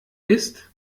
ist